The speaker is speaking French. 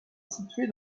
situé